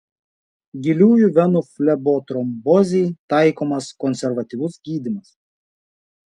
giliųjų venų flebotrombozei taikomas konservatyvus gydymas